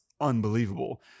unbelievable